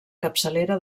capçalera